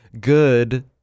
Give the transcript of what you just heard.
good